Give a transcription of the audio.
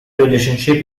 relationship